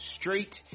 straight